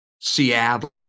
Seattle